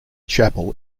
chapel